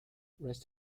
rest